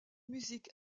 musique